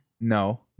No